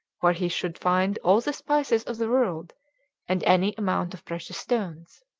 where he should find all the spices of the world and any amount of precious stones.